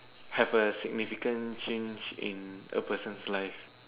have a significant change in a person's life